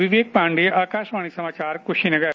विवेक पाण्डेय आकाशवाणी समाचार कुशीनगर